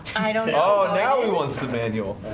i don't know now he wants the manual